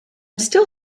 still